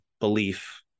belief